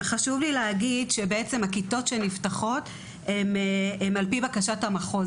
חשוב לי להגיד שהכיתות שנפתחות הן על פי בקשה של המחוז.